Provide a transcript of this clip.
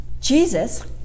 Jesus